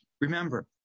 Remember